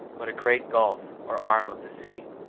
but a great gulf or arm of the sea.